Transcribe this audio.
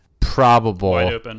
Probable